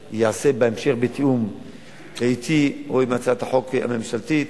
ובהמשך זה ייעשה בתיאום אתי או עם הצעת החוק הממשלתית.